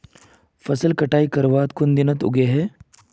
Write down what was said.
फसल कटाई करवार कुन दिनोत उगैहे?